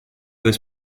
was